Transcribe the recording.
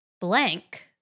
blank